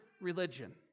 religion